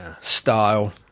style